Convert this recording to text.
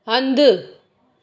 हंधु